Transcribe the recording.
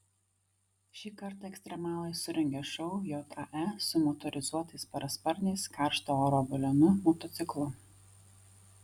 šį kartą ekstremalai surengė šou jae su motorizuotais parasparniais karšto oro balionu motociklu